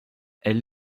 elle